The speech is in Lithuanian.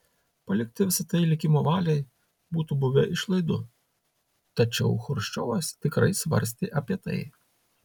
palikti visa tai likimo valiai būtų buvę išlaidu tačiau chruščiovas tikrai svarstė apie tai